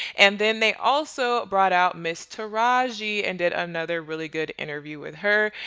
and then they also brought out miss taraji, and did another really good interview with her.